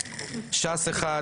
ש"ס אחד,